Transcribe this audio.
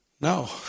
no